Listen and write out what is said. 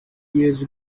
years